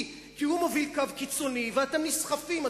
כי הוא מוביל קו קיצוני ואתם נסחפים,